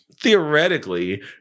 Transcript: theoretically